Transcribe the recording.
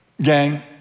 Gang